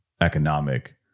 economic